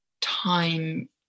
time